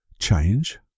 change